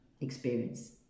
experience